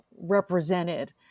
represented